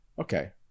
okay